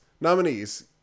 Nominees